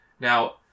now